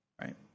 right